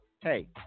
Hey